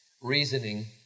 reasoning